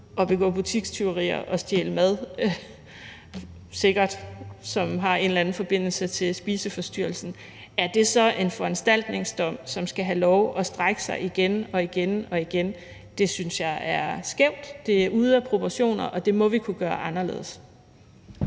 vil begå butikstyveri og stjæle mad, som sikkert har en eller anden forbindelse til spiseforstyrrelsen. Er det så en foranstaltningsdom, som skal have lov at blive forlænget igen og igen? Det synes jeg er skævt, det er ude af proportioner, og det må vi kunne gøre anderledes.